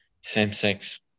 same-sex